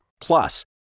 Plus